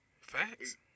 Facts